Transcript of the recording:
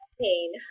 pain